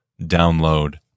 download